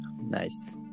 nice